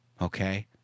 Okay